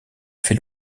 fait